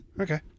Okay